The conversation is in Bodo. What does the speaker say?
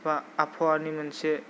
आबहावानि मोनसे